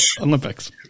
Olympics